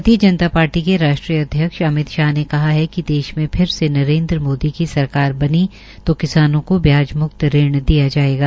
भारतीय जनता पार्टी के राष्ट्रीय अध्यक्ष अमित शाह ने कहा कि देश में फिर से नरेन्द्र मोदी की सरकार बनी तो किसानों के ब्याज म्क्त ऋण दिया जायेगा